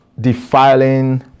defiling